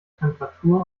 temperatur